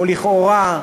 או לכאורה,